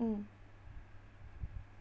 mm